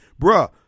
bruh